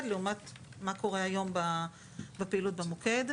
לעומת מה קורה היום בפעילות במוקד.